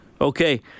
Okay